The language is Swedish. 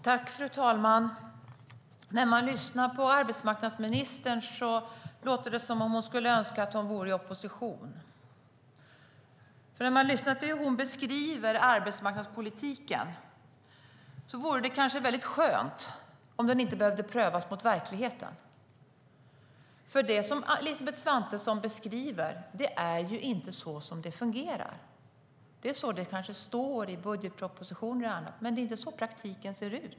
Fru talman! När man lyssnar på arbetsmarknadsministern låter det som att hon önskade att hon var i opposition. Som hon beskriver arbetsmarknadspolitiken vore det kanske väldigt skönt om den inte behövde prövas mot verkligheten. Det som Elisabeth Svantesson beskriver överensstämmer inte med hur det fungerar. Det kanske står så i budgetpropositioner och annat, men så ser det inte ut i praktiken.